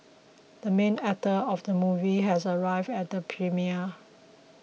the main actor of the movie has arrived at the premiere